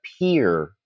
appear